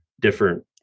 different